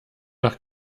doch